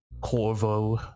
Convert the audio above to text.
Corvo